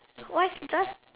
why does